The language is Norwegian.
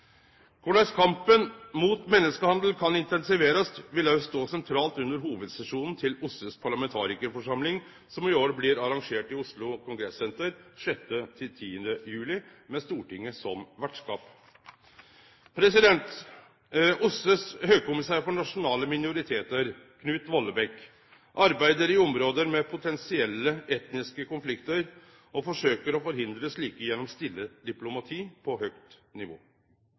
Korleis kampen mot menneskehandel kan intensiverast, vil òg stå sentralt under hovudsesjonen til OSSEs parlamentarikarforsamling, som i år blir arrangert i Oslo Kongressenter 6.–10. juli, med Stortinget som vertskap. OSSEs høgkommissær for nasjonale minoritetar, Knut Vollebæk, arbeider i område med potensielle etniske konfliktar og forsøkjer å forhindre slike gjennom stille diplomati på høgt nivå.